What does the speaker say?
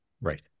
Right